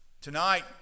Tonight